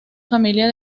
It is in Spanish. familia